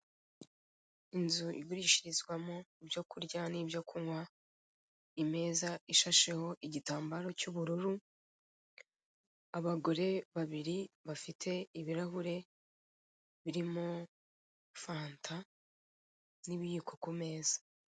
Inzu igurishirizwamo ibyo kurya n'ibyo kunywa, imeza ishasheho igitambaro cy'ubururu, abagore babiri bafite ibirahure birimo fanta n'ibiyiko ku meza.